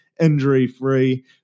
injury-free